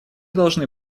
должны